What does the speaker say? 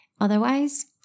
Otherwise